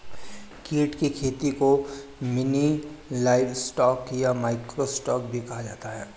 कीट की खेती को मिनी लाइवस्टॉक या माइक्रो स्टॉक भी कहा जाता है